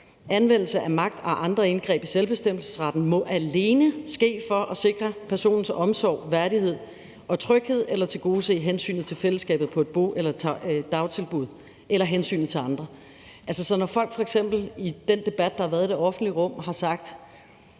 Anvendelse af magt og andre indgreb i selvbestemmelsesretten må alene ske for at sikre personens omsorg, værdighed og tryghed, for at tilgodese hensynet til fællesskabet på et bo- eller dagtilbud eller hensynet til andre. Så når folk f.eks. i den debat, der har været i det offentlige rum, har sagt,